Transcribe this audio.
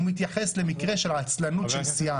הוא מתייחס למקרה של עצלנות של סיעה.